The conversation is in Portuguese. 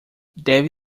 deve